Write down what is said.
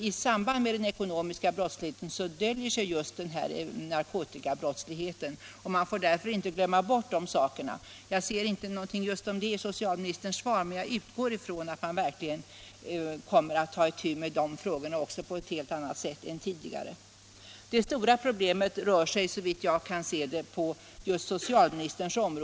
I den ekonomiska brottsligheten döljer sig just narkotikabrottsligheten, och man får därför inte glömma de åtgärderna. Jag ser inte någonting om det i socialministerns svar, men jag utgår ifrån att man verkligen kommer att ta itu med också de frågorna på ett helt annat sätt än tidigare. Det stora problemet ligger, såvitt jag kan se, på socialministerns om råde.